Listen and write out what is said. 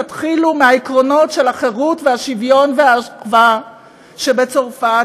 תתחילו מהעקרונות של החירות והשוויון והאחווה שבצרפת,